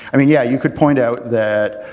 i mean yeah, you could point out that